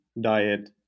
Diet